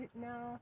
No